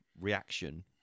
reaction